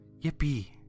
Yippee